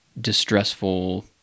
distressful